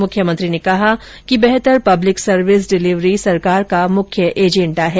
मुख्यमंत्री ने कहा कि बेहतर पब्लिक सर्विस डिलीवरी सरकार का मुख्य एजेण्डा है